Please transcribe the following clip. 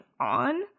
on